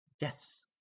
Yes